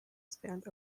spanned